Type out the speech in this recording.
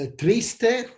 Triste